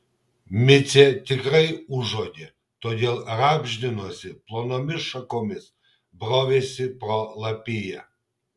micė tikrai užuodė todėl rabždinosi plonomis šakomis brovėsi pro lapiją